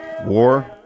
war